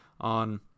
on